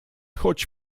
choć